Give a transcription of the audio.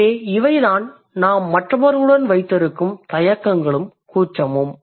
எனவே இவைதான் நாம் மற்றவர்களுடன் வைத்திருக்கும் தயக்கங்களும் கூச்சமும்